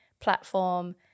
platform